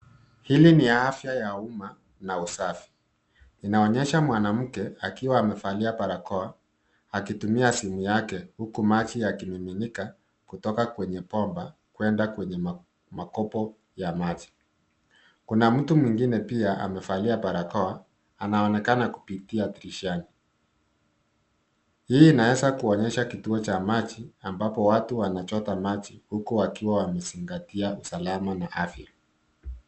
Hili ni afya ya umma na usafi. Inaonyesha mwanamke akiwa amevalia barakoa akitumia simu yake huku maji yakimiminika kutoka kwenye bomba kuenda kwenye makopo ya maji. Kuna mtu mwingine pia amevalia barakoa anaonekana kupitia dirishani. Hii inaeza kuonyesha kituo cha majii ambapo watu wanachota maji huku wakiwa wamezingatia usalama na afya.